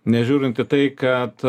nežiūrint į tai kad